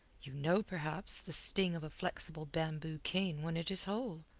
you know, perhaps, the sting of a flexible bamboo cane when it is whole.